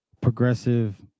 progressive